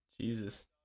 Jesus